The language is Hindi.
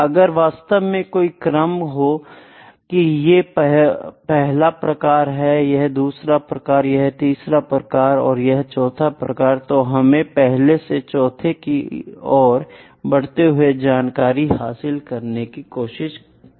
अगर वास्तव में कोई क्रम हो कि ये पहला प्रकार है यह दूसरा प्रकार है यह तीसरा प्रकार है और यह है चौथा प्रकार है तो हम पहले से चौथे प्रकार की ओर बढ़ते हुए जानकारी हासिल करने की कोशिश करेंगे